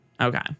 Okay